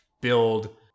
build